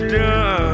done